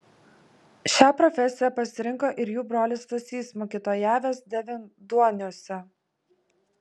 šią profesiją pasirinko ir jų brolis stasys mokytojavęs devynduoniuose